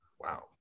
Wow